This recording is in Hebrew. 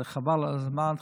חבל על הזמן,